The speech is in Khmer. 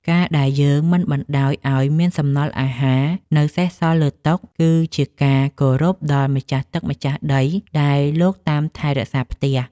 ការដែលយើងមិនបណ្តោយឱ្យមានសំណល់អាហារនៅសេសសល់លើតុ គឺជាការគោរពដល់ម្ចាស់ទឹកម្ចាស់ដីដែលលោកតាមថែរក្សាផ្ទះ។